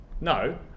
No